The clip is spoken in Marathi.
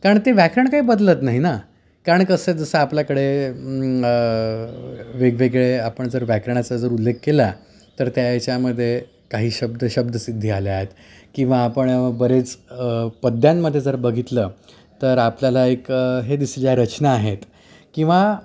कारण ते व्याकरण काही बदलत नाही ना कारण कसं आहे जसं आपल्याकडे वेगवेगळे आपण जर व्याकरणाचा जर उल्लेख केला तर त्या याच्यामध्ये काही शब्द शब्दसिद्धी आल्या आहेत किंवा आपण बरेच पद्यांमध्ये जर बघितलं तर आपल्याला एक हे दिस ज्या रचना आहेत किंवा